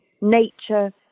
nature